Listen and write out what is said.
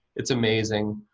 it's amazing.